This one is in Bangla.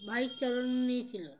বাইক চলান নিয়ে ছিল